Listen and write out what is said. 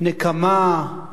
נקמה,